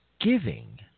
giving